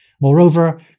Moreover